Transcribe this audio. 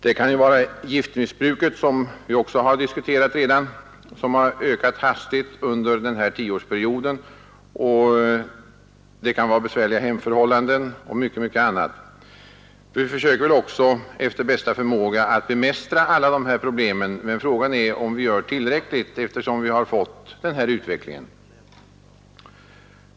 Det kan vara giftmissbruket som vi redan har diskuterat och som ökat hastigt under den här tioårsperioden. Det kan vara besvärliga hemförhållanden och mycket annat. Vi försöker att efter bästa förmåga bemästra alla dessa problem, men fråga är om vi gör tillräckligt eftersom vi har fått den här utvecklingen.